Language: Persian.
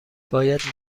باید